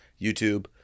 YouTube